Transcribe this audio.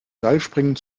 seilspringen